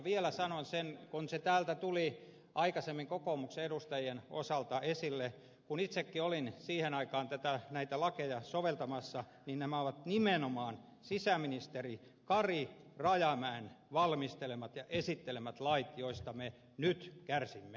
vielä sanon sen kun se täältä tuli aikaisemmin kokoomuksen edustajien osalta esille että kun itsekin olin siihen aikaan näitä lakeja soveltamassa niin nämä ovat nimenomaan silloisen sisäministerin kari rajamäen valmistelemat ja esittelemät lait joista me nyt kärsimme